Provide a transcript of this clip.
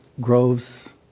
Groves